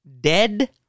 dead